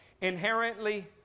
inherently